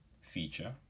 feature